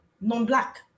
non-black